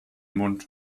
mund